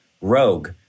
rogue